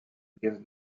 against